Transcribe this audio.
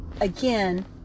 again